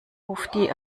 bufdi